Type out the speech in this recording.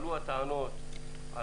עלו הטענות על